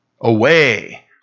away